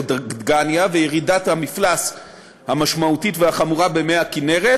דגניה וירידת המפלס המשמעותית והחמורה במי הכינרת